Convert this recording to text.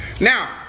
Now